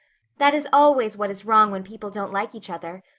that is always what is wrong when people don't like each other.